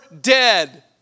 dead